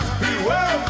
beware